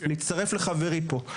אני מצטרף לחברי פה.